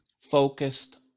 focused